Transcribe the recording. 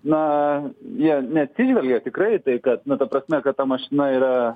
na jie neatsižvelgia tikrai į tai kad nu ta prasme kad ta mašina yra